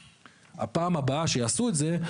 בפעם הבאה שיעשו את זה,